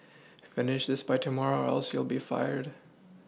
finish this by tomorrow or else you'll be fired